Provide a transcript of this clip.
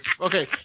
okay